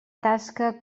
tasca